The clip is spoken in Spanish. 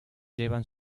llevan